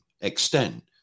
extent